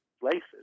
places